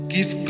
Give